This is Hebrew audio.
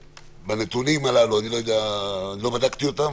בנתונים הללו אני לא בדקתי אותם,